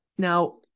Now